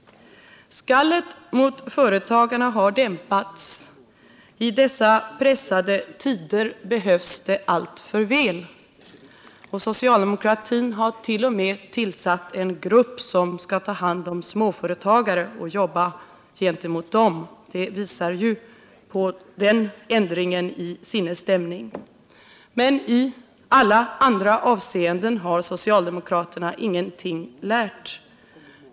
Skallet mot företagarna har dämpats. I dessa pressade tider behövs de alltför väl. Och socialdemokratin hart.o.m. tillsatt en grupp, som skall ta hand om småföretag och jobba för dem. Det visar på en ändring i sinnesstämning. Men ialla andra avseenden har socialdemokraterna ingenting lärt.